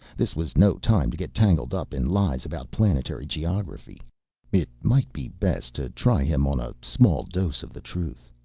this was no time to get tangled up in lies about planetary geography it might be best to try him on a small dose of the truth.